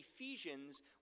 Ephesians